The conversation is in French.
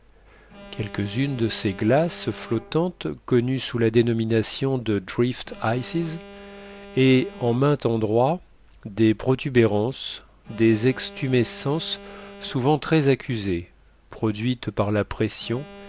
quelques-unes de ces glaces flottantes connues sous la dénomination de drift ices et en maint endroit des protubérances des extumescences souvent très accusées produites par la pression